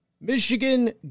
Michigan